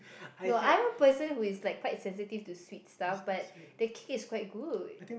no I'm a person who is like quite sensitive to sweet stuff but the cake is quite good